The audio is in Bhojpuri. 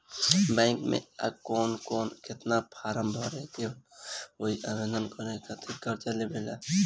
बैंक मे आ के कौन और केतना फारम भरे के होयी आवेदन करे के खातिर कर्जा लेवे ला?